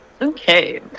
Okay